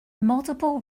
multiple